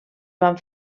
van